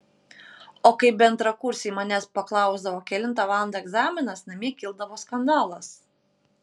o kai bendrakursiai manęs paklausdavo kelintą valandą egzaminas namie kildavo skandalas